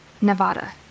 Nevada